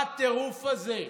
מה הטירוף הזה?